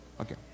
Okay